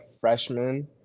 freshman